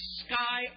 sky